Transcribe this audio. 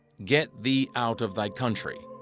get thee out of thy country,